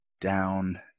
down